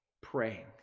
praying